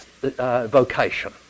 vocation